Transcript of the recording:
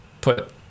put